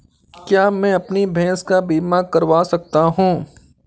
क्या मैं अपनी भैंस का बीमा करवा सकता हूँ?